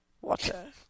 Water